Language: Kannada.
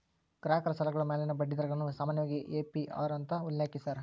ಗ್ರಾಹಕ ಸಾಲಗಳ ಮ್ಯಾಲಿನ ಬಡ್ಡಿ ದರಗಳನ್ನ ಸಾಮಾನ್ಯವಾಗಿ ಎ.ಪಿ.ಅರ್ ಅಂತ ಉಲ್ಲೇಖಿಸ್ಯಾರ